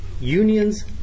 unions